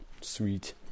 Sweet